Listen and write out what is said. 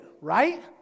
right